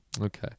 Okay